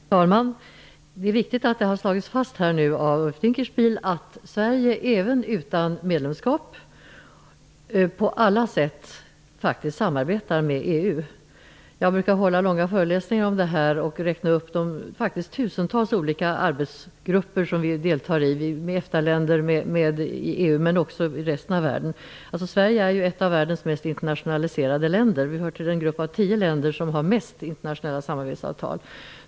Fru talman! Det är viktigt att Ulf Dinkelspiel nu har slagit fast att Sverige även utan ett medlemskap faktiskt på alla sätt samarbetar med EU. Jag håller långa föreläsningar om detta och räknade faktiskt upp de tusentals olika arbetsgrupper som vi deltar i med EFTA-länder, med EU och med övriga. Sverige är ju ett av världens mest internationaliserade länder. Sverige hör till den grupp av tio länder som har flest internationella samarbetsavtal.